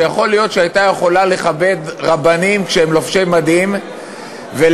שיכול להיות שהייתה יכולה לכבד רבנים כשהם לובשי מדים ולהבין,